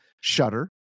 Shudder